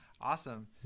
Awesome